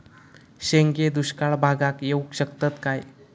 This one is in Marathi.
शेंगे दुष्काळ भागाक येऊ शकतत काय?